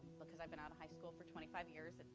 because i've been out of high school for twenty five years, and